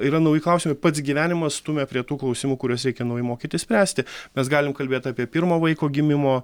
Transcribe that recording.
yra nauji klausimai pats gyvenimas stumia prie tų klausimų kuriuos reikia naujai mokytis spręsti mes galim kalbėt apie pirmo vaiko gimimo